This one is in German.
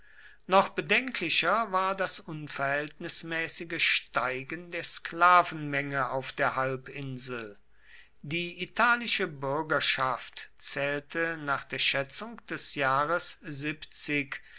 noch bedenklicher war das unverhältnismäßige steigen der sklavenmenge auf der halbinsel die italische bürgerschaft zählte nach der schätzung des jahres